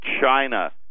China